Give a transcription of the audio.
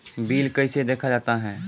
Bill कैसे देखा जाता हैं?